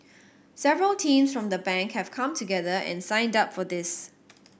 several teams from the Bank have come together and signed up for this